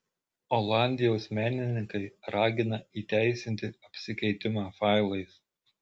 olandijos menininkai ragina įteisinti apsikeitimą failais